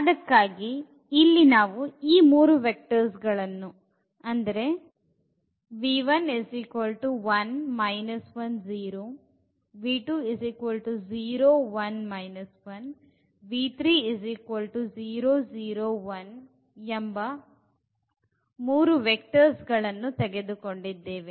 ಅದಕ್ಕಾಗಿ ಇಲ್ಲಿ ನಾವು ಈ ಮೂರು ವೆಕ್ಟರ್ಸ್ಗಳನ್ನು ತೆಗೆದುಕೊಂಡಿದ್ದೇವೆ